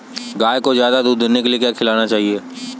गाय को ज्यादा दूध देने के लिए क्या खिलाना चाहिए?